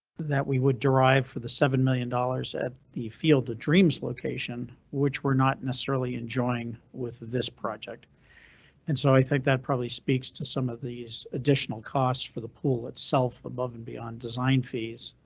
that we would derive for the seven million dollars at the field of dreams location, which we're not necessarily enjoying with this project and so i think that probably speaks to some of these additional costs for the pool itself. above and beyond design fees,